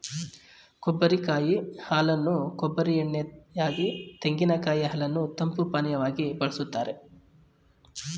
ಕೊಬ್ಬರಿ ಕಾಯಿ ಹಾಲನ್ನು ಕೊಬ್ಬರಿ ಎಣ್ಣೆ ಯಾಗಿ, ತೆಂಗಿನಕಾಯಿ ಹಾಲನ್ನು ತಂಪು ಪಾನೀಯವಾಗಿ ಬಳ್ಸತ್ತರೆ